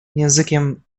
językiem